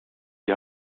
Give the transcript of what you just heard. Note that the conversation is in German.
die